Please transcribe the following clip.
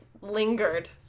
lingered